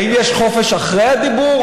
האם יש חופש אחרי הדיבור?